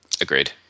Agreed